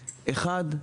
אחד,